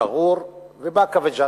שגור ובאקה וג'ת.